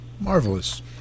Marvelous